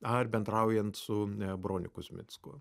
ar bendraujant su broniu kuzmicku